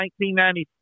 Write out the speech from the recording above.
1990